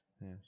yes